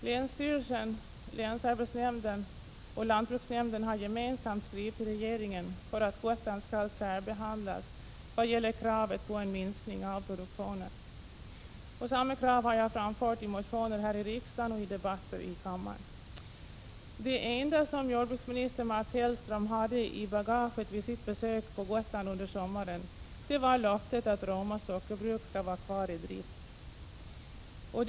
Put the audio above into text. Länsstyrelsen, länsarbetsnämnden och lantbruksnämnden har gemensamt skrivit till regeringen för att utverka att Gotland särbehandlas vad gäller kravet på en minskning av produktionen. Samma krav har jag framfört i motioner till riksdagen och i debatter här i kammaren. Det enda som jordbruksminister Mats Hellström hade i bagaget vid sitt besök på Gotland under sommaren var löftet att Roma sockerbruk skall få vara kvar i drift.